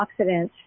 antioxidants